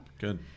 good